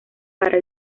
para